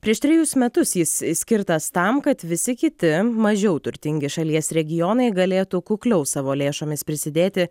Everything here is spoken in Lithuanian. prieš trejus metus jis skirtas tam kad visi kiti mažiau turtingi šalies regionai galėtų kukliau savo lėšomis prisidėti